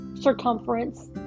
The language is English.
circumference